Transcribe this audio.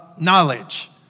knowledge